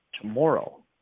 tomorrow